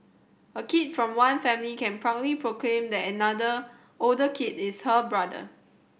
a kid from one family can proudly proclaim that another older kid is her brother